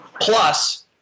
Plus –